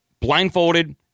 blindfolded